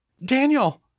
Daniel